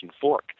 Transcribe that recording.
fork